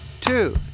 two